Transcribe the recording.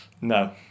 no